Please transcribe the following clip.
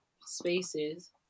spaces